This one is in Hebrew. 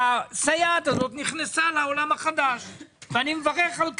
והסייעת הזאת נכנסה לעולם החדש ואני מברך על כך,